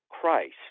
Christ